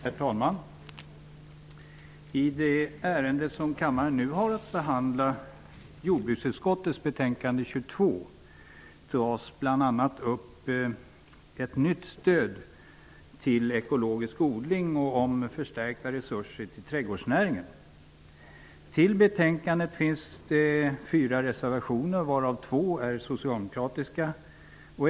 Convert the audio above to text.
Herr talman! I det ärende som kammaren nu har att behandla, jordbruksutskottets betänkande JoU22, tas bl.a. upp ett nytt stöd till ekologisk odling och förstärkta resurser till trädgårdsnäringen. Till betänkandet finns fyra reservationer fogade, varav två är socialdemokratiska.